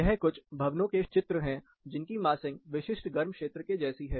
यह कुछ भवनों के चित्र है सबकी मासिंग विशिष्ट गर्म क्षेत्र के जैसी है